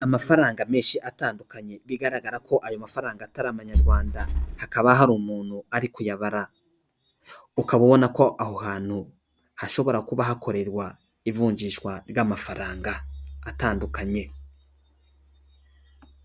Amafaranga menshi atandukanye bigaragara ko ayo mafaranga atari amanyarwanda, hakaba hari umuntu ari kuyabara, uka ubona ko aho hantu hashobora kuba hakorerwa ivunjishwa ry'amafaranga atandukanye.